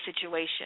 situation